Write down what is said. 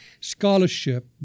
scholarship